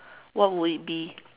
what would it be